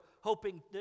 hoping